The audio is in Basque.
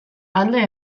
alde